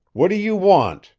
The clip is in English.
what do you want?